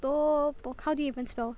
tteobok how do you even spell